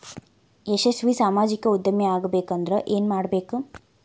ಯಶಸ್ವಿ ಸಾಮಾಜಿಕ ಉದ್ಯಮಿಯಾಗಬೇಕಂದ್ರ ಏನ್ ಮಾಡ್ಬೇಕ